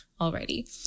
already